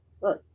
Right